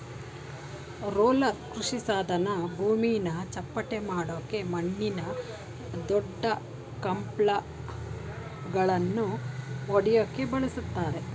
roller ಕೃಷಿಸಾಧನ ಭೂಮಿನ ಚಪ್ಪಟೆಮಾಡಕೆ ಮಣ್ಣಿನ ದೊಡ್ಡಕ್ಲಂಪ್ಗಳನ್ನ ಒಡ್ಯಕೆ ಬಳುಸ್ತರೆ